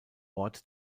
ort